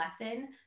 lesson